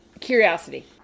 curiosity